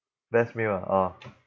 best meal ah orh